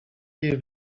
jej